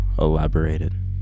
elaborated